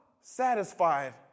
satisfied